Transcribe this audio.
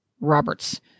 roberts